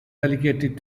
relegated